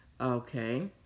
Okay